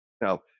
now